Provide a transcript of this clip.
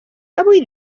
avui